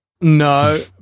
No